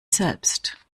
selbst